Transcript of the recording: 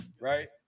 Right